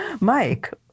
Mike